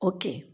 Okay